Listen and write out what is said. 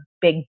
big